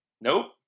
Nope